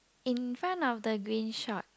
in front of the green shop